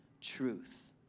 truth